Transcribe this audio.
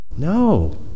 No